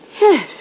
Yes